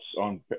on